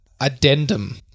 Addendum